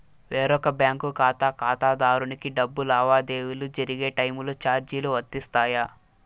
వేరొక బ్యాంకు ఖాతా ఖాతాదారునికి డబ్బు లావాదేవీలు జరిగే టైములో చార్జీలు వర్తిస్తాయా?